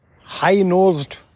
high-nosed